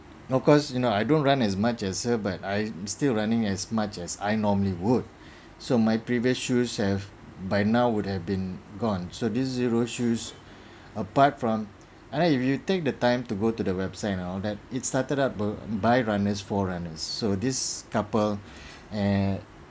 of course you know I don't run as much as her but I'm still running as much as I normally would so my previous shoes have by now would have been gone so this zero shoes apart from and I if you take the time to go to the website and all that it started up by by runners for runners so this couple